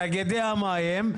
תאגידי המים,